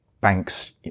banks